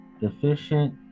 Deficient